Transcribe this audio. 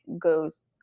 goes